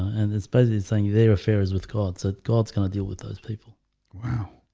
and it's buzzy saying you their affairs with god said god's gonna deal with those people wow,